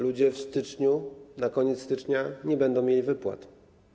Ludzie w styczniu, na koniec stycznia nie będą mieli wypłat.